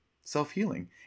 self-healing